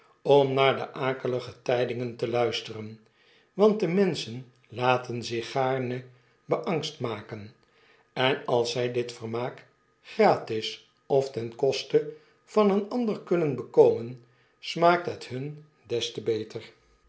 om naar de akelige tydingen te luisteren want de menschen laten zich gaarne beangst maken en als zjj dit vermaak gratis of ten koste van een ander kunnen bekomen smaakt het hun des te beter